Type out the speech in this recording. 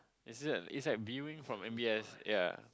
it's like it's like viewing from M_B_S ya